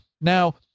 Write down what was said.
Now